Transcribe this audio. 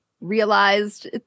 realized